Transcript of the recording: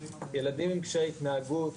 ילדים עם קשיי התנהגות,